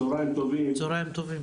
צהריים טובים.